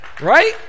Right